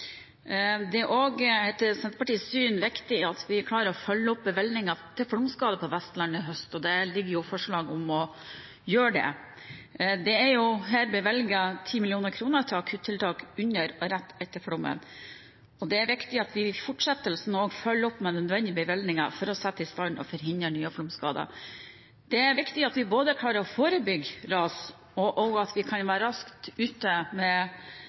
Det er etter Senterpartiets syn viktig at vi klarer å følge opp bevilgningene til flomskadene på Vestlandet i høst, og det foreligger jo forslag om å gjøre det. Det er bevilget 10 mill. kr til akuttiltak under og rett etter flommen. Det er viktig at vi også i fortsettelsen følger opp med nødvendige bevilgninger for å sette i stand og for å forhindre nye flomskader. Det er viktig at vi både klarer å forebygge ras, og at vi kan være raskt ute med